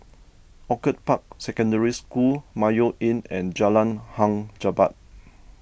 Orchid Park Secondary School Mayo Inn and Jalan Hang Jebat